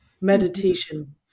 meditation